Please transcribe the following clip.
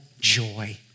joy